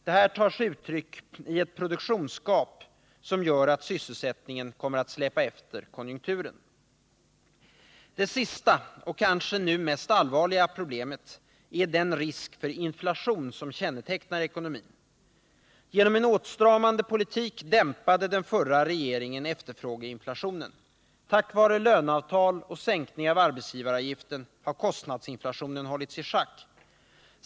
Det tar sig uttryck i ett produktionsgap, som gör att sysselsättningen kommer att släpa efter konjunkturen. Det sista, och kanske nu mest allvarliga, problemet är den risk för inflation som kännetecknar ekonomin. Genom en åtstramande politik dämpade den förra regeringen efterfrågeinflationen. Tack vare löneavtalet och sänkningen av arbetsgivaravgiften har kostnadsinflationen hållits i schack.